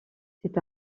c’est